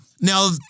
Now